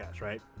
right